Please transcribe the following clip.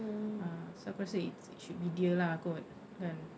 ah so aku rasa it's should be dia lah kot kan